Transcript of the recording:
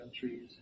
countries